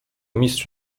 mistrz